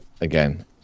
again